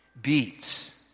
beats